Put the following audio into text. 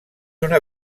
una